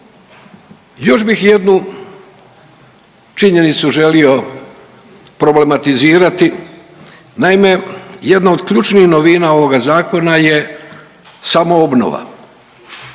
Još bih jednu činjenicu želio problematizirati. Naime, jedna od ključnih novina ovoga zakona je samoobnova.